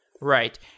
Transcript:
Right